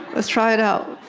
let's try it out.